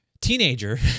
teenager